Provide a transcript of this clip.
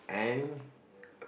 and